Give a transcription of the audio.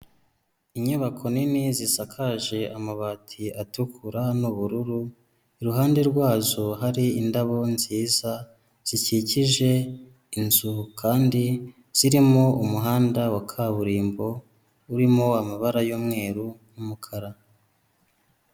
Inyubako nini zisakaje amabati atukura n'ubururu, iruhande rwazo hari indabo nziza zikikije inzu kandi zirimo umuhanda wa kaburimbo urimo amabara y'umweru n'umukara.